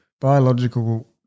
biological